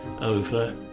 over